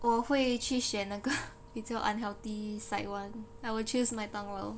我会去选那个 比较 unhealthy side [one] I will choose 麦当劳